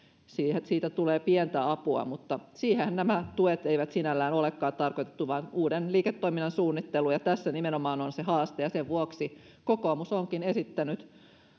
niin siitä tulee pientä apua mutta siihenhän näitä tukia ei sinällään olekaan tarkoitettu vaan uuden liiketoiminnan suunnitteluun ja tässä nimenomaan on se haaste sen vuoksi kokoomus onkin esittänyt